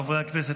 חברי הכנסת,